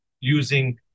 using